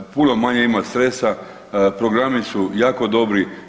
Puno manje ima sredstva, programi su jako dobri.